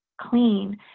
Clean